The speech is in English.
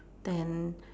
ten